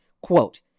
Quote